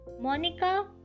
Monica